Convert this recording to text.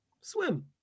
Swim